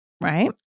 right